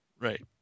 Right